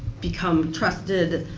become trusted